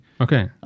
Okay